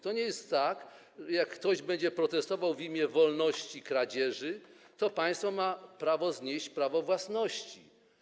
To nie jest tak, że jak ktoś będzie protestował w imię wolności kradzieży, to państwo ma prawo znieść prawo własności.